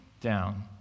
down